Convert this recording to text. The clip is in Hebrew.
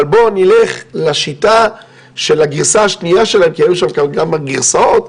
אבל בואו נלך לשיטה של הגרסה השניה שלהם כי היו שם כמה גרסאות,